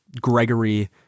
Gregory